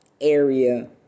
area